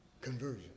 conversion